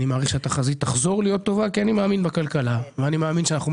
ואני אומר לאזרחי ישראל - הכלכלה הישראלית טובה וחזקה.